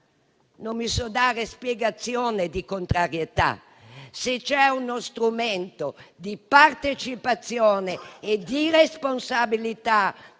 Non mi so dare spiegazione di contrarietà. Se c'è uno strumento di partecipazione e di responsabilità